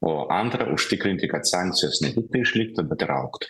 o antra užtikrinti kad sankcijos ne tiktai išliktų bet ir augtų